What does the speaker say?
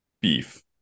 Beef